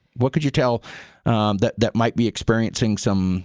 what could you tell that that might be experiencing some